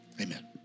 Amen